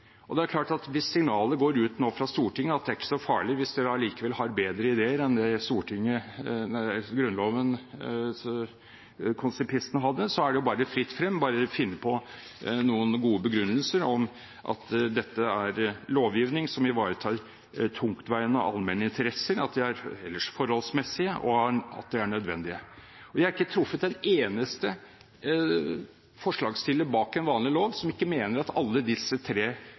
Hvis signalet nå går ut fra Stortinget om at det ikke er så farlig – hvis man likevel har bedre ideer enn grunnlovskonsipistene hadde, er det bare fritt frem. Det er bare å finne på noen gode begrunnelser for at dette er lovgivning som ivaretar tungtveiende allmenne interesser, at de ellers er forholdsmessige, og at de er nødvendige. Jeg har ikke truffet en eneste forslagsstiller bak en vanlig lov som ikke mener at alle disse tre